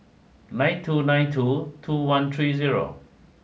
nine two nine two two one three zero